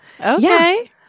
Okay